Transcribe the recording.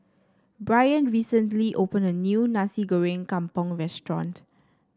Bryan recently opened a new Nasi Goreng Kampung restaurant